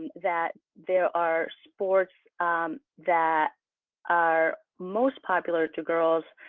that there are sports that are most popular to girls